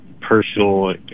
personal